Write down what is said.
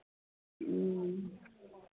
ह्म्म